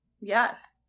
Yes